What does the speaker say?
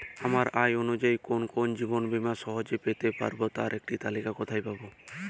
আমার আয় অনুযায়ী কোন কোন জীবন বীমা সহজে পেতে পারব তার একটি তালিকা কোথায় পাবো?